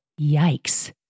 Yikes